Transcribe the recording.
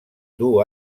duu